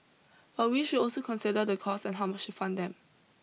but we should also consider the costs and how much to fund them